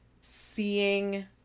seeing